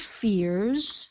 fears